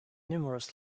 numerous